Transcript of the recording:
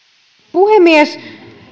puhemies